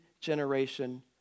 generation